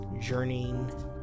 journeying